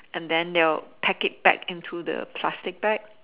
and then they will pack it back into the plastic bag